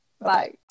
Bye